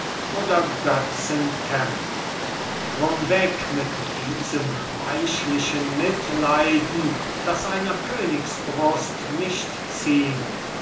oder götzen kämpft drum weg mit diesem weichlichen mitleiden das einer königsbrust nicht ziemt